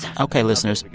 yeah ok, listeners.